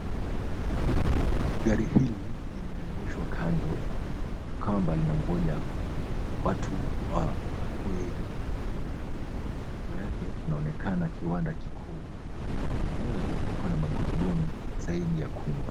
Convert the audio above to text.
Gari hili limeegeshwa kando kanakwamba linangoja watu wapakue vitu vilivyo juu. Kando yake kunaonekana kiwanda kikuu na gari lenyewe liko na magurudumu zaidi ya kumi.